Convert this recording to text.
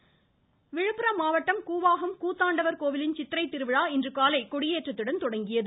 கூத்தாண்டவர் கோவில் விழுப்புரம் மாவட்டம் கூவாகம் கூத்தாண்டவர் கோவிலின் சித்திரை திருவிழா இன்று காலை கொடியேற்றத்துடன் தொடங்கியது